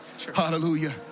Hallelujah